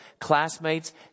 classmates